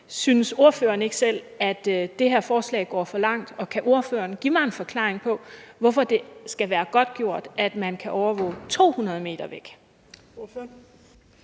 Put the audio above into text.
Synes ordføreren ikke selv, at det her forslag går for langt, og kan ordføreren give mig en forklaring på, hvorfor det skal være godtgjort, at man kan overvåge 200 m væk? Kl.